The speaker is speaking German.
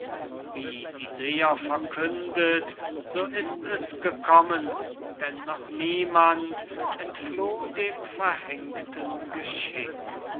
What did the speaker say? wie die seher verkündet so ist es gekommen denn noch niemand entfloh dem verhängten geschick